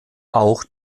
auch